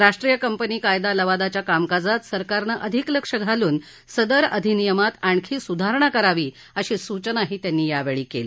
राष्ट्रीय कंपनी कायदा लवादाच्या कामकाजात सरकारनं अधिक लक्ष घालून सदर अधिनियमात आणखी सुधारणा करावी अशी सूचनाही त्यांनी यावळी कली